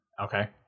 Okay